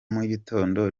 mugitondo